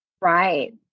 Right